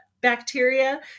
bacteria